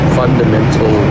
fundamental